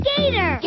Gator